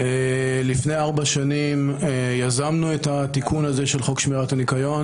לפני ארבע שנים יזמנו את התיקון הזה של חוק שמירת הניקיון